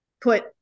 put